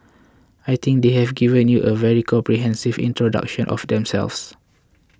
I think they have given you a very comprehensive introduction of themselves